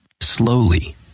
Slowly